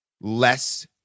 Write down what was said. less